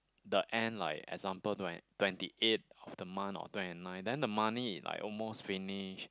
the end like example don't have twenty eight of the month or twenty nine then the money like almost finish